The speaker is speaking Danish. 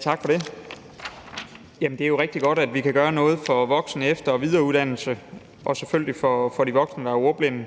Tak for det. Det er jo rigtig godt, at vi kan gøre noget for voksen-, efter- og videreuddannelse og selvfølgelig for de voksne, der er ordblinde.